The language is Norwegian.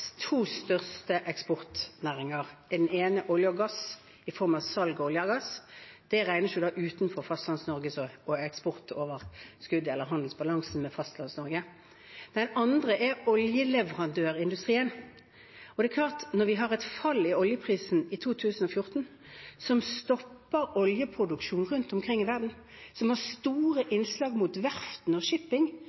to største eksportnæringer er olje og gass, som holdes utenfor Fastlands-Norges eksportoverskudd eller handelsbalanse, og oljeleverandørindustrien. Vi hadde et fall i oljeprisen i 2014 som stoppet oljeproduksjonen rundt omkring i verden, og som hadde store følger for verft og